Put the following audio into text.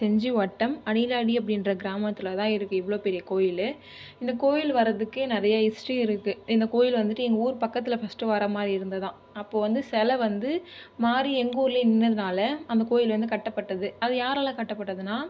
செஞ்சி வட்டம் அணிலாளி அப்படின்ற கிராமத்தில் தான் இருக்குது இவ்வளோ பெரிய கோவில்லு இந்த கோவில் வரத்துக்கே நிறைய ஹிஸ்டரி இருக்குது இந்த கோவில் வந்துட்டு எங்கள் ஊரில் பக்கத்தில் ஃபர்ஸ்ட் வர மாதிரி இருந்து தான் அப்போது வந்து செலை வந்து மாதிரி எங்கள் ஊர்லேயே நின்றதுனால அந்த கோவில் வந்து கட்டப்பட்டது அது யாரால் கட்டப்பட்டதுன்னால்